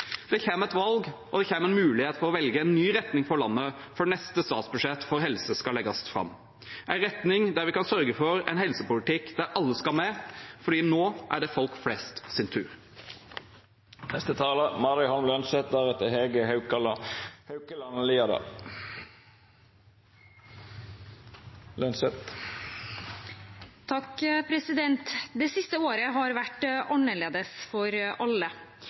Det kommer et valg, og det kommer en mulighet for å velge en ny retning for landet før neste statsbudsjett for helse skal legges fram – en retning der vi kan sørge for en helsepolitikk der alle skal med, for nå er det folk flest sin tur.